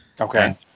Okay